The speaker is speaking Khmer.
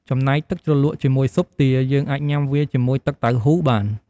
ចំណែកទឺកជ្រលក់ជាមួយស៊ុបទា យើងអាចញំុាវាជាមួយទឹកតៅហ៊ូបាន។